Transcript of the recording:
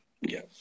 Yes